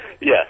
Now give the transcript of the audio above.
Yes